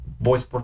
Voice